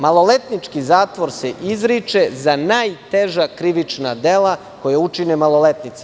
Maloletnički zatvor se izriče za najteža krivična dela, koja učine maloletnici.